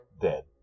dead